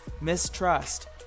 Mistrust